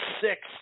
six